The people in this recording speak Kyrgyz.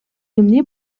эмне